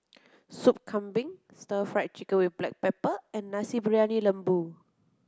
Sup Kambing Stir Fried Chicken with Black Pepper and Nasi Briyani Lembu